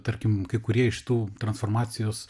tarkim kai kurie iš tų transformacijos